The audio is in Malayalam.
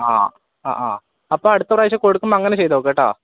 ആ ആ ആ അപ്പോൾ അടുത്ത പ്രാവശ്യം കൊടുക്കുമ്പോൾ അങ്ങനെ ചെയ്തുനോക്ക് കേട്ടോ